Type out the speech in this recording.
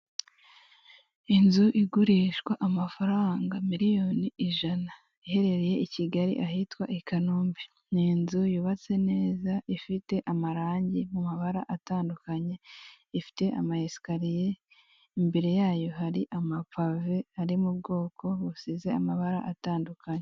Inzu igurishwa amafaranga miliyoni ijana iherereye i Kigali ahitwa i Kanombe, ni inzu yubatse neza ifite amarange mu mabara atandukanye ifite ama esikariye imbere yayo hari amapave ari mu bwoko busize amabara atandukanye.